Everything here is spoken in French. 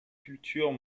cultures